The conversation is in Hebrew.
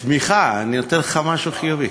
תמיכה, אני נותן לך משהו חיובי.